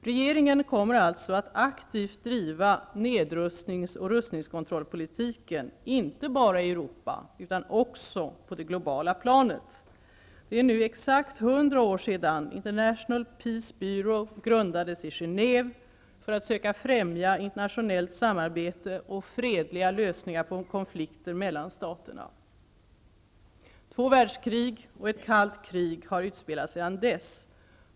Regeringen kommer alltså att aktivt driva nedrustnings och rustningskontrollpolitiken, inte bara i Europa utan också på det globala planet. Det är nu exakt 100 år sedan International Peace Bureau grundades i Genève för att söka främja internationellt samarbete och fredliga lösningar på konflikter mellan staterna. Två världskrig och ett kallt krig har utspelats sedan dess.